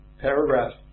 paragraph